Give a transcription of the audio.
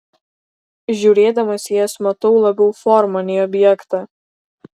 žiūrėdamas į jas matau labiau formą nei objektą